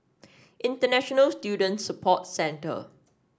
International Student Support Centre